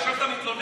עכשיו אתה מתלונן?